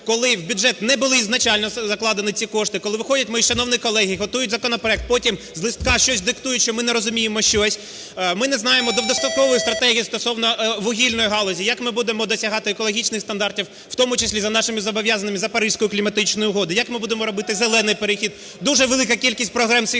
коли в бюджет не були ізначально закладені ці кошти; коли виходять мої шановні колеги, готують законопроект, потім з листка щось диктують, що ми не розуміємо що. Ми не знаємо довгострокової стратегії стосовно вугільної галузі, як ми будемо досягати екологічних стандартів, у тому числі за нашими зобов'язаннями, за Паризькою кліматичною угодою, як ми будемо робити "зелений" перехід. Дуже велика кількість проблем у